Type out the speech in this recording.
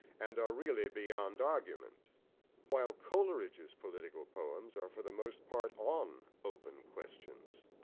and are really beyond argument while coleridge's political poems are for the most part on open questions.